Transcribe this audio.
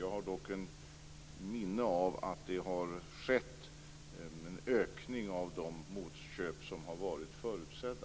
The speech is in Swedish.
Jag har dock ett minne av att det har skett en ökning av de motköp som har varit förutsedda.